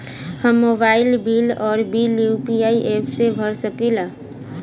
हम mobile bill और bill UPI app से भर सकिला